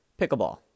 Pickleball